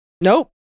Nope